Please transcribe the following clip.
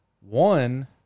one